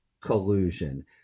collusion